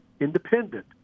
independent